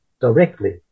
directly